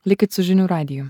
likit su žinių radiju